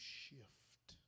shift